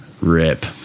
Rip